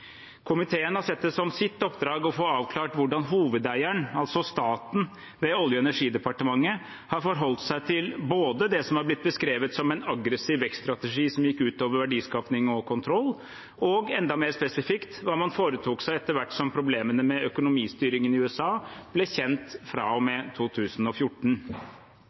Komiteen har sett det som sitt oppdrag å få avklart hvordan hovedeieren, altså staten ved Olje- og energidepartementet, har forholdt seg til både det som har blitt beskrevet som en aggressiv vekststrategi som gikk utover verdiskaping og kontroll, og enda mer spesifikt hva man foretok seg etter hvert som problemene med økonomistyringen i USA ble kjent fra og med 2014.